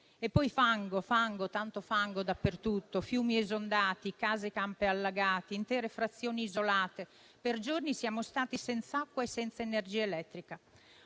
e poi fango, fango, tanto fango dappertutto, fiumi esondati, case e campi allagati, intere frazioni isolate. Per giorni siamo stati senza acqua e senza energia elettrica.